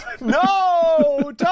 No